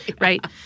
Right